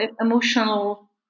emotional